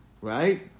right